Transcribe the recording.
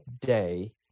day